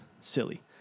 Silly